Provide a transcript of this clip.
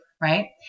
right